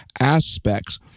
aspects